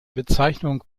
bezeichnung